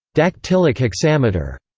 dactylic hexameter,